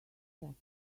checked